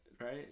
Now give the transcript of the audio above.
Right